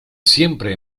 siempre